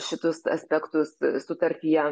šitus aspektus sutartyje